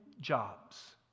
jobs